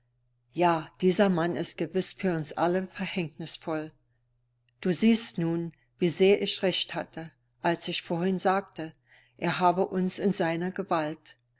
ja dieser mann ist gewiß für uns alle verhängnisvoll du siehst nun wie sehr ich recht hatte als ich vorhin sagte er habe uns in seiner gewalt